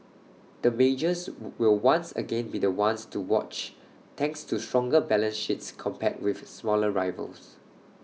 the majors would will once again be the ones to watch thanks to stronger balance sheets compared with smaller rivals